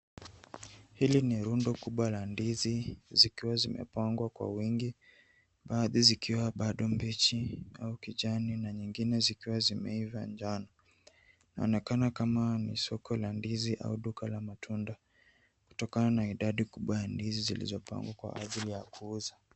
Hili ni rundo kubwa la ndizi zikiwa zimepangwa kwa wingi baadhi zikiwa bado mbichi au kijani na nyingine zikiwa zimeiva njano. Inaonekana kama ni soko la ndizi au duka la matunda kutokana na idadi kubwa ya ndizi zilizopangwa kwa ajili yya kuuza.